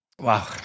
wow